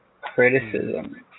criticism